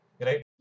right